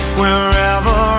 wherever